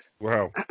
Wow